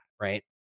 right